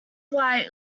white